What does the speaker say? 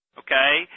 okay